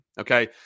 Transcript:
Okay